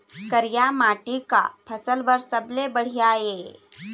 करिया माटी का फसल बर सबले बढ़िया ये?